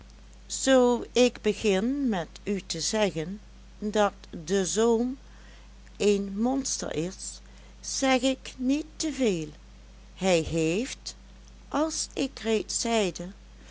zoo ik begin met u te zeggen dat de zoom een monster is zeg ik niet te veel hij heeft als ik reeds zeide